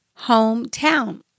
hometown